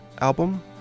album